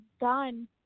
done